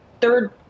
third